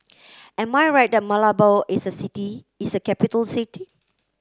am I right that Malabo is a city is a capital city